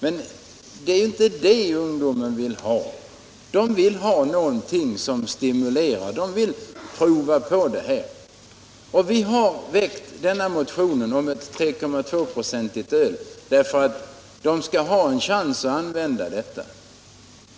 Det är emellertid inte det ungdomarna vill ha. De vill ha någonting som stimulerar, de vill prova på det här. Vi har väckt motionen om ett 3,2-procentigt öl därför att ungdomarna skall ha en chans att använda detta.